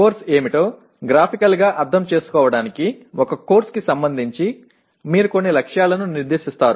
course ఏమిటో గ్రాఫికల్గా అర్థం చేసుకోవడానికి ఒక కోర్సు కి సంబంధించి మీరు కొన్ని లక్ష్యాలను నిర్దేశిస్తారు